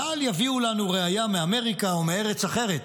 ואל יביאו לנו ראיה מאמריקה או מארץ אחרת,